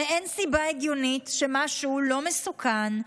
הרי אין סיבה הגיונית שמשהו לא מסוכן,